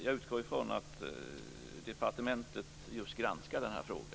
Jag utgår från att departementet granskar just denna fråga.